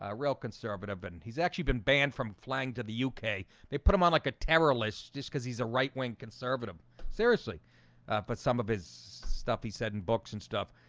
ah real conservative but and he's actually been banned from flying to the yeah uk they put him on like a terror list just because he's a right-wing conservative seriously but some of his stuff he said in books and stuff,